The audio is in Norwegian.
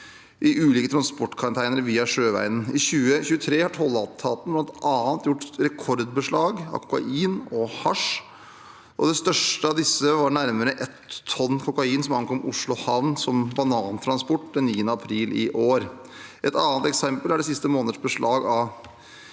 i ulike containere via sjøveien. I 2023 har tolletaten bl.a. gjort rekordbeslag av kokain og hasj. Det største av disse var nærmere ett tonn kokain som ankom Oslo Havn som banantransport den 9. april i år. Et annet eksempel er de siste måneders beslag av